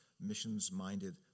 missions-minded